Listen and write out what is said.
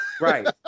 Right